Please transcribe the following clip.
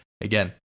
Again